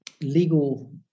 legal